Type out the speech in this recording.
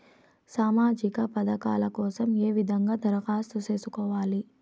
సామాజిక పథకాల కోసం ఏ విధంగా దరఖాస్తు సేసుకోవాలి